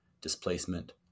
displacement